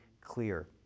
clear